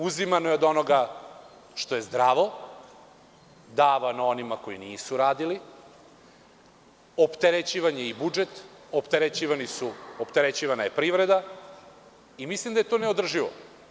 Uzimano je od onoga što je zdravo, davano onima koji nisu radili, opterećivan je i budžet, opterećivana je privreda i mislim da je to neodrživo.